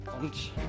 Und